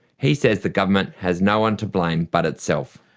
he says the government has no one to blame but itself.